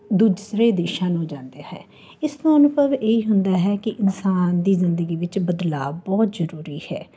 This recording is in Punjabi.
ਦੂਸਰੇ ਦੇਸ਼ਾਂ ਨੂੰ ਜਾਂਦਾ ਹੈ ਇਸ ਦਾ ਅਨੁਭਵ ਇਹ ਹੁੰਦਾ ਹੈ ਕਿ ਇਨਸਾਨ ਦੀ ਜ਼ਿੰਦਗੀ ਵਿੱਚ ਬਦਲਾਵ ਬਹੁਤ ਜ਼ਰੂਰੀ ਹੈ